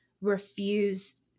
refuse